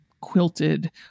quilted